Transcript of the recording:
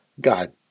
God